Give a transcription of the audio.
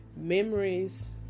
Memories